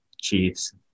Chiefs